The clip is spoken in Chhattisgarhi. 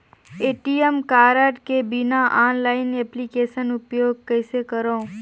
ए.टी.एम कारड के बिना ऑनलाइन एप्लिकेशन उपयोग कइसे करो?